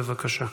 בבקשה.